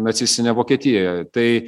nacistinę vokietiją tai